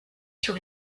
sur